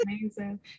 amazing